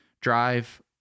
drive